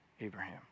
Abraham